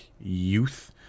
youth